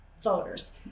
voters